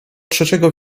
trzeciego